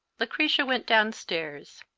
lucretia went downstairs.